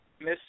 miss